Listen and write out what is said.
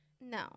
No